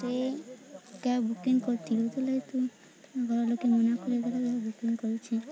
ତୁଇ cab booking କରିଥିଲୁ ଦେଲେ ତୁ ଘର ଲୋକେନ୍ ମନା କରିବାରୁ ମୁଇଁ ବୁକିଂ କରୁଛେ